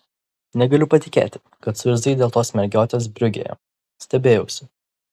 negaliu patikėti kad suirzai dėl tos mergiotės briugėje stebėjausi